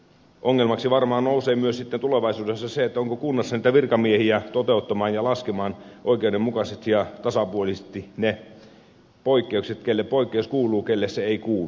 ongelmaksi varmaan nousee sitten tulevaisuudessa myös se onko kunnassa virkamiehiä toteuttamaan ja laskemaan oikeudenmukaisesti ja tasapuolisesti ne poikkeukset kelle poikkeus kuuluu kelle se ei kuulu